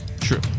True